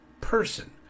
person